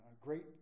great